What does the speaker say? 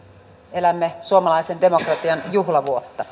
elämme suomalaisen demokratian juhlavuotta